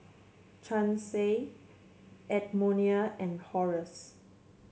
Chancey Edmonia and Horace